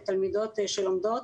תלמידות שלומדות,